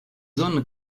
sonne